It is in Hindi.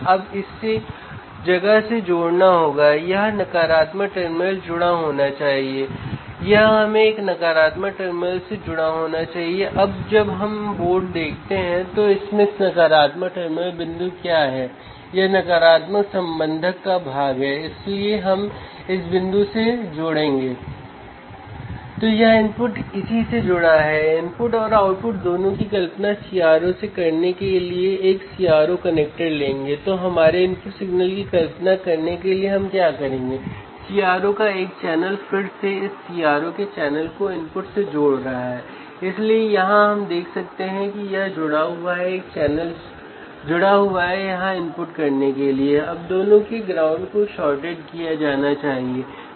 जब भी आप पोटेंशियोमीटर के प्रतिरोध को मापना चाहते हैं तो इसे सर्किट से जोड़ा नहीं जा सकता है आपको पोटेंशियोमीटर को डिस्कनेक्ट करने की आवश्यकता है